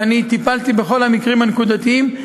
ואני טיפלתי בכל המקרים הנקודתיים.